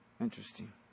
Interesting